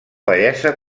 bellesa